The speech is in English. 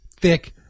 thick